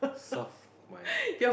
solve my